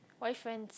why friends